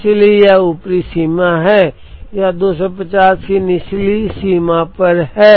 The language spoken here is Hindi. इसलिए यह ऊपरी सीमा पर है यह 250 की निचली सीमा पर है